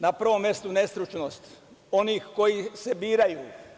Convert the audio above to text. Na prvom mestu nestručnost onih koji se biraju.